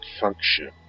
function